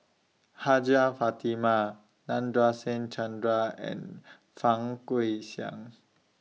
Hajjah Fatimah Nadasen Chandra and Fang Guixiang